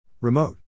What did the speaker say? Remote